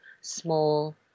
small